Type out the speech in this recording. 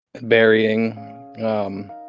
burying